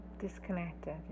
disconnected